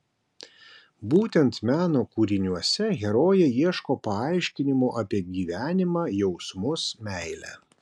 būtent meno kūriniuose herojė ieško paaiškinimo apie gyvenimą jausmus meilę